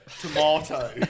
tomato